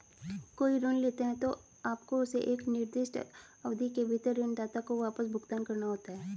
कोई ऋण लेते हैं, तो आपको उसे एक निर्दिष्ट अवधि के भीतर ऋणदाता को वापस भुगतान करना होता है